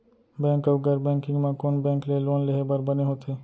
Bank अऊ गैर banking म कोन बैंक ले लोन लेहे बर बने होथे?